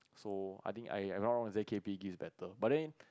so I think I am not wrong Z_K_P is better but then